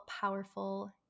powerful